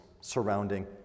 surrounding